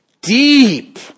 Deep